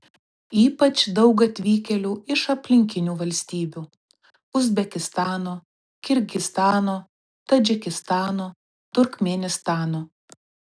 ypač daug atvykėlių iš aplinkinių valstybių uzbekistano kirgizstano tadžikistano turkmėnistano